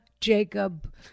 Jacob